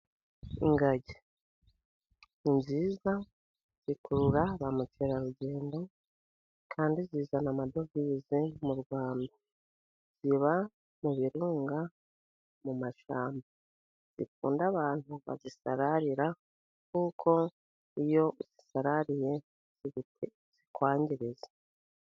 Ingagi ni nziza zikurura ba Mukerarugendo, kandi zizana amadovize mu Rwanda . Ziba mu birunga mu mashyamba nti zikunda abantu bazisagararira kuko iyo uzisagarariye zikwangiriza.